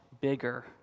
bigger